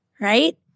right